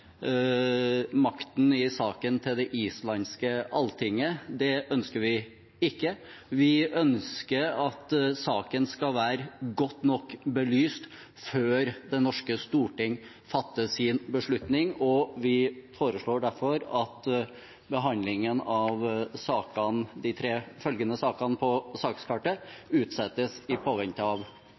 makten i saken til det islandske Alltinget. Det ønsker vi ikke. Vi ønsker at saken skal være godt nok belyst før Det norske storting fatter sin beslutning, og vi foreslår derfor at behandlingen av de tre følgende sakene på sakskartet utsettes i påvente av